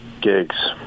gigs